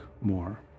more